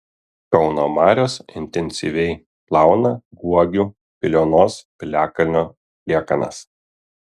kauno marios intensyviai plauna guogių piliuonos piliakalnio liekanas